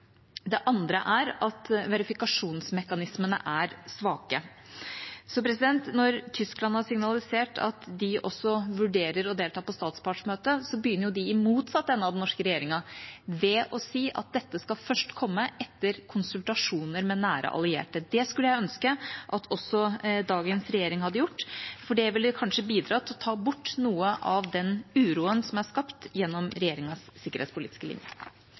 Det andre er at verifikasjonsmekanismene er svake. Når Tyskland har signalisert at de også vurderer å delta på statspartsmøtet, begynner de i motsatt ende av den norske regjeringa ved å si at dette først skal komme etter konsultasjoner med nære allierte. Det skulle jeg ønske at også dagens regjering hadde gjort, for det ville kanskje bidratt til å ta bort noe av den uroen som er skapt gjennom regjeringas sikkerhetspolitiske linje.